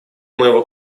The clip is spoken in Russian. моего